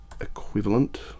equivalent